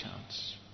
chance